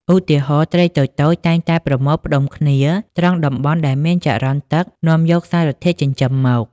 ឧទាហរណ៍ ត្រីតូចៗតែងតែប្រមូលផ្តុំគ្នាត្រង់តំបន់ដែលមានចរន្តទឹកនាំយកសារធាតុចិញ្ចឹមមក។